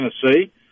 Tennessee